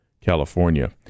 California